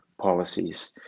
policies